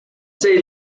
they